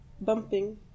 bumping